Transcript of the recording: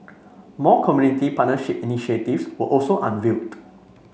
more community partnership initiative were also unveiled